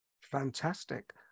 fantastic